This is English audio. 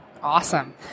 Awesome